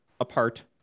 apart